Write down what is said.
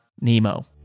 Nemo